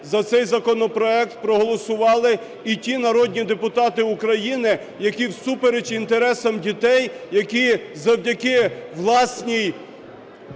за цей законопроект проголосували і ті народні депутати України, які всупереч інтересам дітей, які завдяки власній